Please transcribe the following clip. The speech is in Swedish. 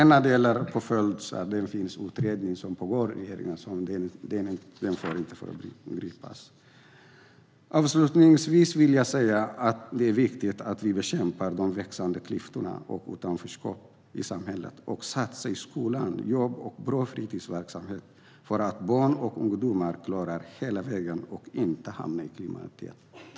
När det gäller påföljder pågår det en utredning som inte får föregripas. Avslutningsvis vill jag säga att det är viktigt att vi bekämpar de växande klyftorna och utanförskapet i samhället och satsar på skolan och på bra fritidsverksamhet, så att barn och ungdomar ska klara sig hela vägen och inte hamna i kriminalitet.